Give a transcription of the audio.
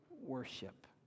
worship